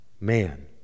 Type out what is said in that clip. man